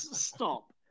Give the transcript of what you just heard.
stop